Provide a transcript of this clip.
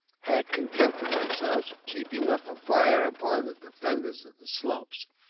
had contented themselves with keeping up a fire upon the defenders of the slopes.